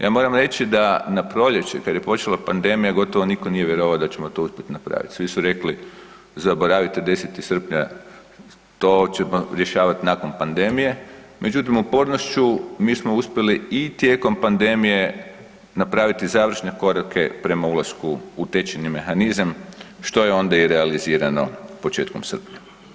Ja moram reći da na proljeće kad je počela pandemija gotovo nitko nije vjerovao da ćemo to uspjeti napraviti, svi su rekli zaboravite 10. srpnja, to ćemo rješavati nakon pandemije, međutim upornošću mi smo uspjeli i tijekom pandemije napraviti završne korake prema ulasku u tečajni mehanizam, što je onda i realizirano početkom srpnja.